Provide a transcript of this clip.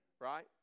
Right